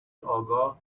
آگاه